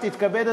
תתכבד,